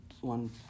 one